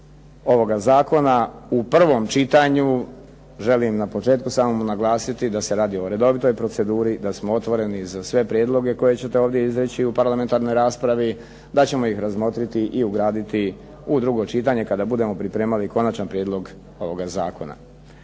ovoga zakona u prvom čitanju. Želim na početku samo naglasiti da se radi o redovitoj proceduri, da smo otvoreni za sve prijedloge koje ćete ovdje izreći u parlamentarnoj raspravi, da ćemo ih razmotriti i ugraditi u drugo čitanje kada budemo pripremali konačan prijedlog ovoga zakona.